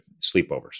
sleepovers